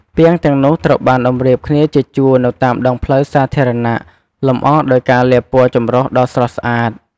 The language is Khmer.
ពាងទាំងនោះត្រូវបានតម្រៀបគ្នាជាជួរនៅតាមដងផ្លូវសាធារណៈ លម្អដោយការលាបពណ៌ចម្រុះដ៏ស្រស់ស្អាត។